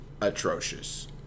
atrocious